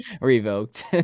revoked